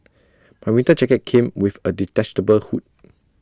my winter jacket came with A detachable hood